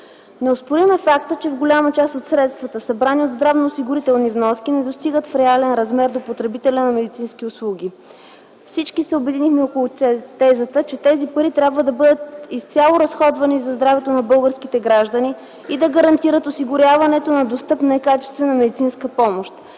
Неоспорим факт е, че голяма част от средствата, събрани от здравноосигурителни вноски, не достигат в реален размер до потребителя на медицински услуги. Всички се обединихме около тезата, че тези пари трябва да бъдат изцяло разходвани за здравето на българските граждани и да гарантират осигуряването на достъпна и качествена медицинска помощ.